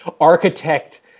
architect